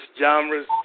genres